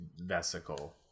vesicle